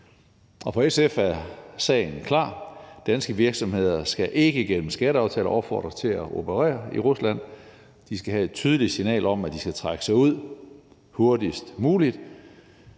For SF er sagen klar: Danske virksomheder skal ikke gennem skatteaftaler opfordres til at operere i Rusland. De skal have et tydeligt signal om, at de skal trække sig ud hurtigst muligt.